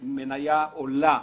של מניה עולה.